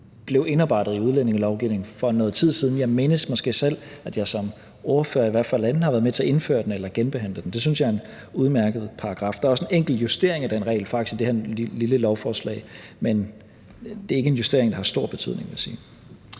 blev indarbejdet i udlændingelovgivningen for noget tid siden. Jeg mindes måske selv, at jeg som ordfører i hvert fald enten har været med til at indføre den eller genbehandle den, og det synes jeg er en udmærket paragraf. Der er faktisk også en enkelt justering af den regel i det her lille lovforslag, men det er ikke en justering, der har stor betydning,